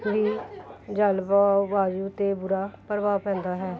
ਵੀ ਜਲਵਾ ਵਾਯੂ 'ਤੇ ਬੁਰਾ ਪ੍ਰਭਾਵ ਪੈਂਦਾ ਹੈ